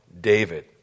David